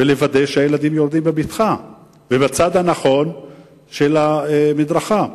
ולוודא שהילדים יורדים בבטחה ובצד הנכון של המדרכה.